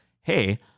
hey